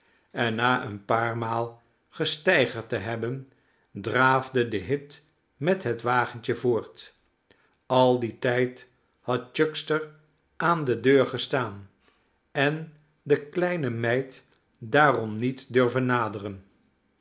en na een paar maal gesteigerd te hebben draafde de hit met het wagentje voort al dien tijd had chuckster aan de deur gestaan en de kleine meid daarom niet durven naderen